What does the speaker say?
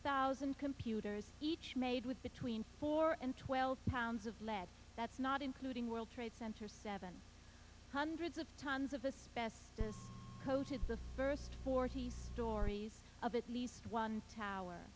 thousand computers each made with between four and twelve pounds of lead that's not including world trade center seven hundreds of tons of especially coated the first forty stories of at least one tower